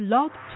Love